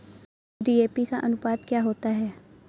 DAP का अनुपात क्या होता है?